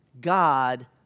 God